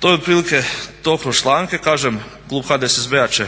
To je otprilike to kroz članke, kažem klub HDSSB-a će